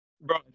Bro